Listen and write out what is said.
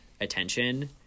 attention